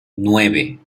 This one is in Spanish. nueve